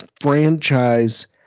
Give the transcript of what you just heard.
franchise